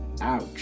ouch